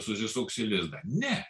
susisuksi lizdą ne